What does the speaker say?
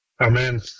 amen